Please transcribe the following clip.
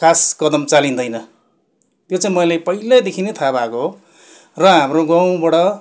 खास कदम चालिँदैन त्यो चाहिँ मैले पहिलादेखि नै थाहा भएको हो र हाम्रो गाउँबाट